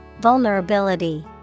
Vulnerability